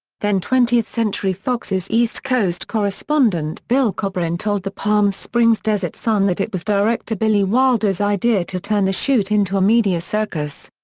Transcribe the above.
then twentieth century fox's east coast correspondent bill kobrin told the palm springs desert sun that it was director billy wilder's idea to turn the shoot into a media circus.